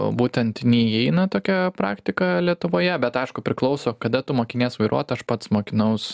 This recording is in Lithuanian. būtent neįeina tokia praktika lietuvoje bet aišku priklauso kada tu mokinies vairuot aš pats mokinaus